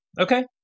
Okay